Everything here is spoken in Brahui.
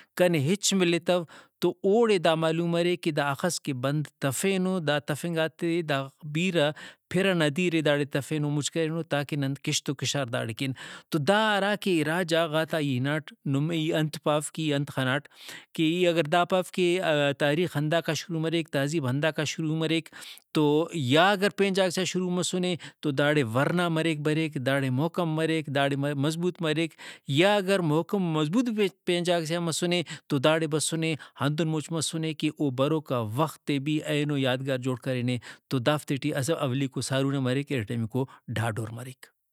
کنے ہچ ملتو تو اوڑے دا معلوم مریک کہ دا اخس کہ بند تفینو دا تفنگاتے دا بیرہ پِر ئنا دیرے داڑے تفینو مُچ کرینو تاکہ نن کشت ؤ کشار داڑے کین۔ تو ہراکہ اِرا جاگہ غاتا ای ہناٹ نمے ای انت پاو کہ ای انت خناٹ کہ ای اگر دا پاو کہ تاریخ ہنداکا تہذیب ہنداکا شروع مریک تو یا اگر پین جاگہ سے آن مسنے تو داڑے ورنا مریک بریک داڑے محکم مریک داڑے مضبوط مریک یا اگر محکم مضبوط بھی پین جاگہ سے آن مسنے تو داڑے بسُنے ہندن مُچ مسنے کہ او بروکا وختے بھی اینو یادگار جوڑ کرینے تو دافتے اسہ اولیکوسارونہ مریک ارٹمیکو ڈھاڈور مریک۔